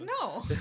No